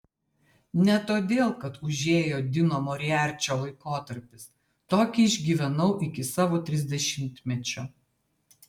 ne todėl kad užėjo dino moriarčio laikotarpis tokį išgyvenau iki savo trisdešimtmečio